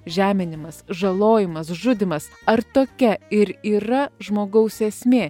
žeminimas žalojimas žudymas ar tokia ir yra žmogaus esmė